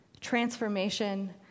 transformation